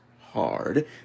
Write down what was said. hard